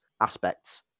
aspects